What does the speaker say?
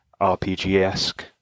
RPG-esque